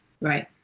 Right